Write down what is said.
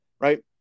Right